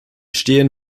stehen